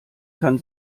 kann